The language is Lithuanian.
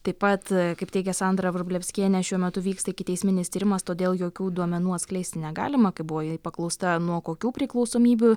taip pat kaip teigė sandra vrublevskienė šiuo metu vyksta ikiteisminis tyrimas todėl jokių duomenų atskleisti negalima kai buvo ji paklausta nuo kokių priklausomybių